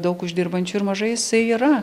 daug uždirbančių ir mažai jisai yra